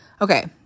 Okay